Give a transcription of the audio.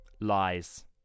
Lies